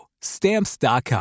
Stamps.com